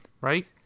Right